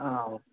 ആ ഓ